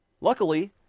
Luckily